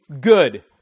good